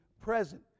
present